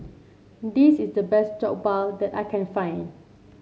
this is the best Jokbal that I can find